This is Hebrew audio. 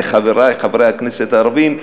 לחברי חברי הכנסת הערבים,